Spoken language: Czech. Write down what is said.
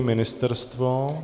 Ministerstvo?